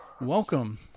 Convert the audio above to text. welcome